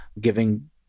giving